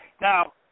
Now